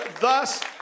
thus